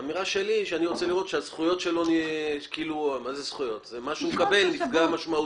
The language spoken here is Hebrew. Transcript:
אני רוצה לראות שמה שהוא מקבל נפגע משמעותית.